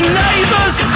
neighbors